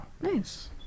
Nice